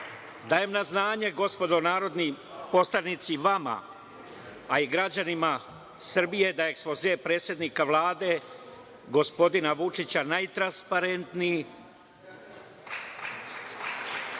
na znanje gospodo narodni poslanici vama, a i građanima Srbije da je ekspoze predsednika Vlade gospodina Vučića, najtransparentniji,